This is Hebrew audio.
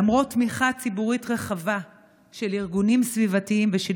למרות תמיכה ציבורית רחבה של ארגונים סביבתיים ושל